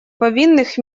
повинных